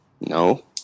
No